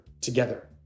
together